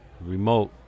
remote